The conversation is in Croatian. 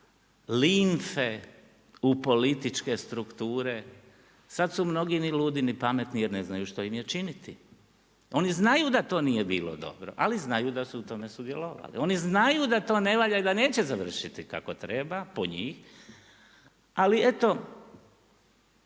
limfe u političke strukture, sada su mnogi ni ludi ni pametni jer ne znaju što im je činiti. Oni znaju da to nije bilo dobro, ali znaju da su u tome sudjelovali. Oni znaju da to ne valja i da neće završiti kako treba po njih, ali eto